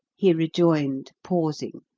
he rejoined, pausing,